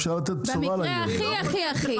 במקרה הכי הכי הכי.